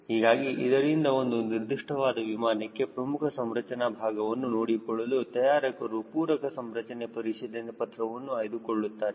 ಹೀಗಾಗಿ ಇದರಿಂದ ಒಂದು ನಿರ್ದಿಷ್ಟವಾದ ವಿಮಾನಕ್ಕೆ ಪ್ರಮುಖ ಸಂರಚನೆ ಭಾಗವನ್ನು ನೋಡಿಕೊಳ್ಳಲು ತಯಾರಕರು ಪೂರಕ ಸಂರಚನೆ ಪರಿಶೀಲನೆ ಪತ್ರವನ್ನು ಆಯ್ದುಕೊಳ್ಳುತ್ತಾರೆ